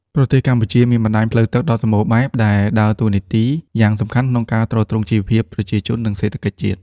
ប្រទេសកម្ពុជាមានបណ្តាញផ្លូវទឹកដ៏សម្បូរបែប ដែលដើរតួនាទីយ៉ាងសំខាន់ក្នុងការទ្រទ្រង់ជីវភាពប្រជាជន និងសេដ្ឋកិច្ចជាតិ។